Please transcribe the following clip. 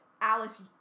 Alice